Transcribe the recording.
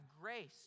grace